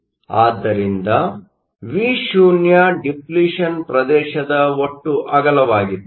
ಆದ್ದರಿಂದ Vo depletion ಪ್ರದೇಶದ ಒಟ್ಟು ಅಗಲವಾಗಿದೆ